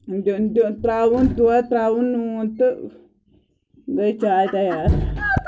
دیُن دیُن ترٛاوُن دۄد ترٛاوُن نوٗن تہٕ گٔے چاے تیار